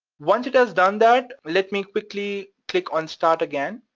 once it has done that, let me quickly click on start again,